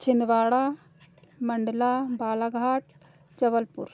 Chhindwara Mandla Balaghat Jabalpur